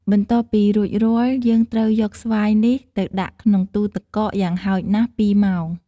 បន្ទាប់ពីរួចរាល់ យើងត្រូវយកស្វាយនេះទៅដាក់ក្នុងទូរទឹកកកយ៉ាងហោចណាស់ពីរម៉ោង។